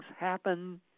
happen